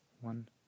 one